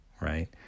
right